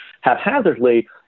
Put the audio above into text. haphazardly